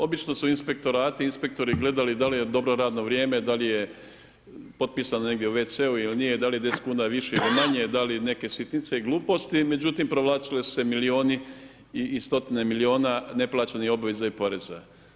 Obično su inspektorati, inspektori gledali da li je dobro radno vrijeme, da li je potpisano negdje u WC-u ili nije, da li je 10 kuna više ili manje, da li neke sitnice i gluposti, međutim provlačili su se milioni i stotine miliona neplaćenih obveza i poreza.